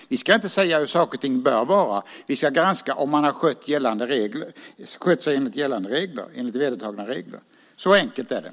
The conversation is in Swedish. Vi ska inte säga hur saker och ting bör vara utan vi ska granska om man har skött sig enligt gällande och vedertagna regler. Så enkelt är det.